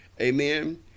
Amen